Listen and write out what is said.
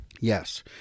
Yes